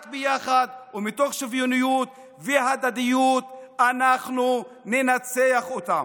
רק ביחד ומתוך שוויוניות והדדיות אנחנו ננצח אותם.